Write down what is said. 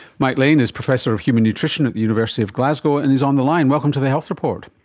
mike lean is professor of human nutrition at the university of glasgow and is on the line. welcome to the health report.